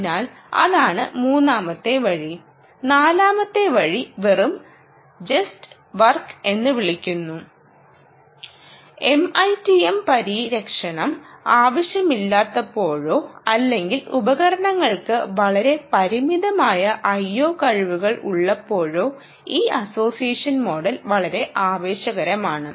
അതിനാൽ അതാണ് മൂന്നാമത്തെ വഴി നാലാമത്തെ വഴി വെറും ജസ്റ്റ് വർക് എന്ന് വിളിക്കുന്നു MITM പരിരക്ഷണം ആവശ്യമില്ലാത്തപ്പോഴോ അല്ലെങ്കിൽ ഉപകരണങ്ങൾക്ക് വളരെ പരിമിതമായ IO കഴിവുകൾ ഉള്ളപ്പോഴോ ഈ അസോസിയേഷൻ മോഡൽ വളരെ ആവേശകരമാണ്